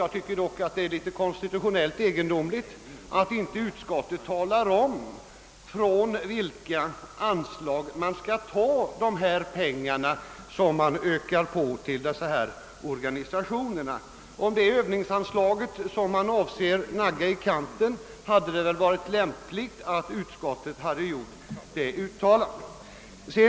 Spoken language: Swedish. Det är dock konstitutionellt egendomligt att utskottet inte talar om från vilka anslag man skall ta de pengar med vilka man skall öka anslaget till dessa organisationer. Om det är Ööv ningsanslaget man avser att nagga i kanten, hade det varit lämpligt att utskottet sagt det.